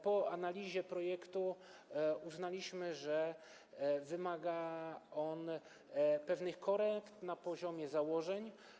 Po analizie projektu uznaliśmy, że wymaga on pewnych korekt na poziomie założeń.